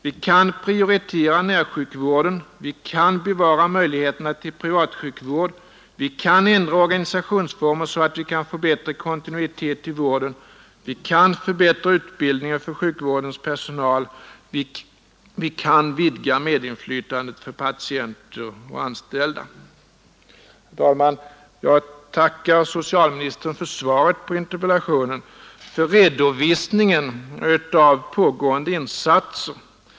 Vi kan prioritera närsjukvården, vi kan bevara möjligheterna till privatsjukvård, vi kan ändra organisationsformer så att vi kan få bättre kontinuitet i vården, vi kan förbättra utbildningen för sjukvårdens personal, vi kan vidga medinflytandet för patienter och anställda. Herr talman! Jag tackar socialministern för svaret på interpellationen och för redovisningen av pågående insatser.